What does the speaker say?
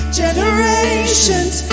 generations